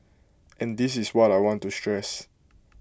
and this is what I want to stress